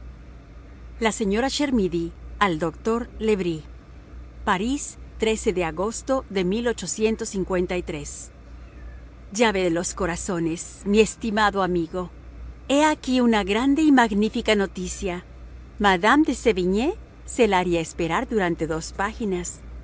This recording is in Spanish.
la señora chermidy al doctor le bris parís de agosto de llave de los corazones mi estimado amigo he aquí una grande y magnífica noticia mme de sevigné se la haría esperar durante dos páginas